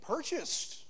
purchased